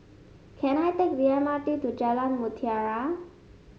can I take the M R T to Jalan Mutiara